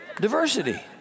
Diversity